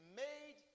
made